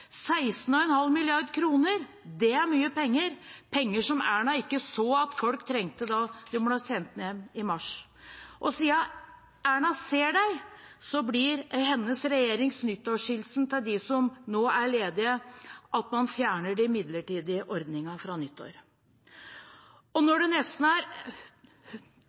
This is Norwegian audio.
16,5 mrd. kr. Det er mye penger – penger som Erna ikke så at folk trengte da de ble sendt hjem i mars. Siden Erna ser deg, blir hennes regjerings nyttårshilsen til dem som nå er ledige, at man fjerner de midlertidige ordningene fra nyttår. Når det nesten er